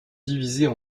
divisées